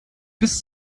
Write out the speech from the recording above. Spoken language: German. bis